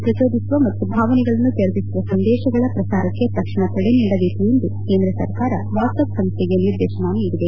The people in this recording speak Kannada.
ಪ್ರಚೋದಿಸುವ ಮತ್ತು ಭಾವನೆಗಳನ್ನು ಕೆರಳಿಸುವಂತಹ ಸಂದೇಶಗಳ ಪ್ರಸಾರಕ್ಷೆ ತಕ್ಷಣ ತಡೆ ನೀಡಬೇಕು ಎಂದು ಕೇಂದ್ರ ಸರ್ಕಾರ ವಾಟ್ಪಪ್ ಸಂಸ್ಥೆಗೆ ನಿರ್ದೇಶನ ನೀಡಿದೆ